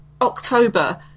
october